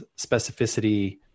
specificity